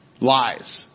Lies